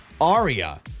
Aria